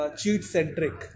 cheat-centric